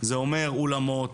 זה אומר אולמות,